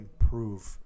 improve